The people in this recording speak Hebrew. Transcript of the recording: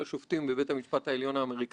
אני לא הולך לתת פה הרצאה על הספר הזה.